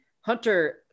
Hunter